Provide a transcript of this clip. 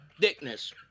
thickness